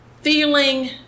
feeling